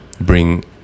bring